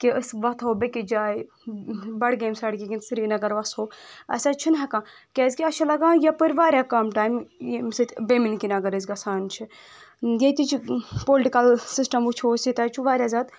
کہِ أسۍ وتھو بیٚکِس جایہِ بڈگٲمۍ سڑکہِ کِنۍ سرینگر وسہٕ ہو اسہِ حظ چھُنہٕ ہٮ۪کان کیٛازِ کہِ اسہِ چھُ لگان یپٲرۍ واریاہ کم ٹایِم ییٚمہِ سۭتۍ بیمنہِ کِنۍ اگر أسۍ گژھان چھِ ییٚتہِ چھِ پولٹکل سسٹم وٕچھو أسۍ ییٚتہِ حظ چھُ واریاہ زیادٕ